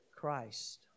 Christ